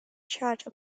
charge